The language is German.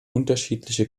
unterschiedliche